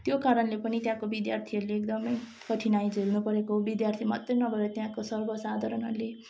त्यो कारणले पनि त्यहाँको विद्यार्थीहरूले एकदमै कठिनाइ झेल्नुपरेको विद्यार्थी मात्रै नभएर त्यहाँको सर्वसाधारणहरूले